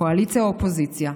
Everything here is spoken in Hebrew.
קואליציה או אופוזיציה,